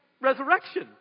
resurrection